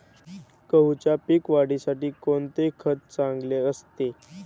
गहूच्या पीक वाढीसाठी कोणते खत चांगले असते?